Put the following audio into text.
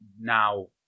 now